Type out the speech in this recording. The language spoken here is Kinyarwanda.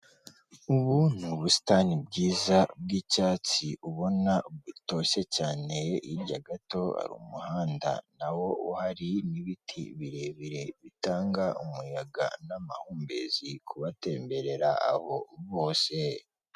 Ubu ni ubusitani bwiza bw'icyatsi ubona butoshye cyane, hirya gato ari umuhanda nawo uhari n'ibiti birebire bitanga umuyaga n'amahumbezi kubatemberera aho bose.